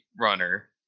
runner